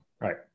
right